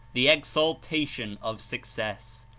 the exaltation of success.